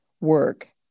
work